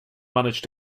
managed